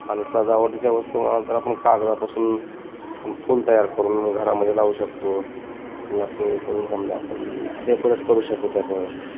आणि सजावटीच्या वस्तू म्हणाल तर आपण कागदापासून आपण फुल तयार करून घरामध्ये लावू शकतो फुलाचे करून समजा आपण डेकोरेट करू शकू त्याचं